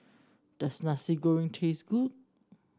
does Nasi Goreng taste good